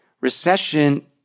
recession